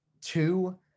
two